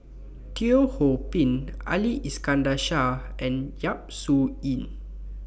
Teo Ho Pin Ali Iskandar Shah and Yap Su Yin